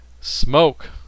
smoke